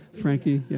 frankie? yeah.